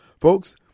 Folks